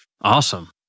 awesome